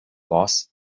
boss